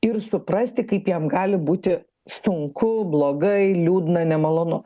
ir suprasti kaip jam gali būti sunku blogai liūdna nemalonu